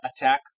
attack